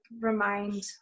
remind